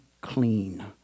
clean